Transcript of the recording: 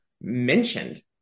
mentioned